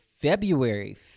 February